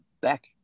back